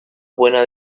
buena